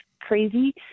crazy